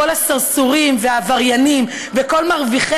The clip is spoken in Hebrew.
כל הסרסורים והעבריינים וכל מרוויחי